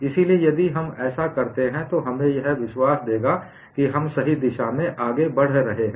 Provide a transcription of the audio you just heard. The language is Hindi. इसलिए यदि हम ऐसा करते हैं तो यह हमें विश्वास देगा कि हम सही दिशा में आगे बढ़ रहे हैं